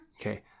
Okay